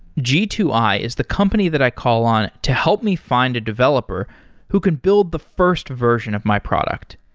g two i is the company that i call on to help me find a developer who can build the first version of my product.